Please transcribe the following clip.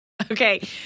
Okay